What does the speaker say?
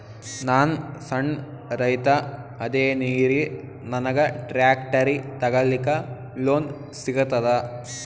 ನಾನ್ ಸಣ್ ರೈತ ಅದೇನೀರಿ ನನಗ ಟ್ಟ್ರ್ಯಾಕ್ಟರಿ ತಗಲಿಕ ಲೋನ್ ಸಿಗತದ?